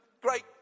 great